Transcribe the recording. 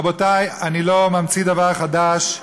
רבותי, אני לא ממציא דבר חדש.